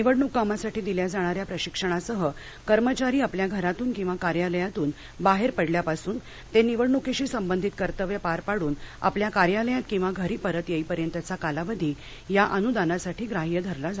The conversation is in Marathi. निवडणूक कामासाठी दिल्या जाणाऱ्या प्रशिक्षणासह कर्मचारी आपल्या घरातूनकार्यालयातून बाहेर पडल्यापासून ते निवडणुकीशी संबंधित कर्तव्य पार पाडून आपल्या कार्यालयात किंवा घरी परत येईपर्यंतचा कालावधी या अनुदानासाठी ग्राह्य धरला जाणार आहे